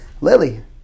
Lily